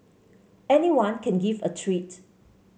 anyone can give a treat